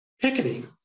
picketing